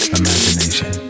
imagination